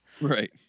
Right